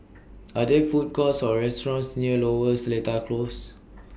Are There Food Courts Or restaurants near Lower Seletar Close